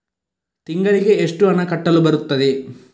ತಿಂಗಳಿಗೆ ಎಷ್ಟು ಹಣ ಕಟ್ಟಲು ಬರುತ್ತದೆ?